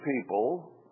people